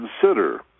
consider